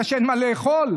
שאין מה לאכול.